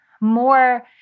more